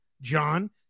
John